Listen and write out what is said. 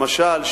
למשל,